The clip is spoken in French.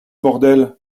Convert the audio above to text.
bordel